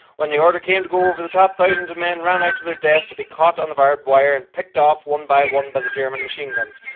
when the order came to go over the top, thousands of men ran out to their death to be caught on the barbed wire and picked off one by one by the german machine guns.